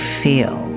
feel